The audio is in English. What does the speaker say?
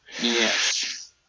Yes